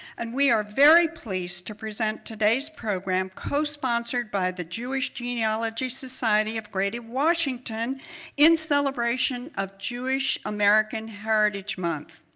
and we are very pleased to present today's program cosponsored by the jewish genealogy society of greater washington in celebration of jewish american heritage month.